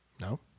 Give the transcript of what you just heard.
No